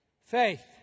faith